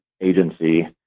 agency